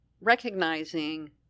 recognizing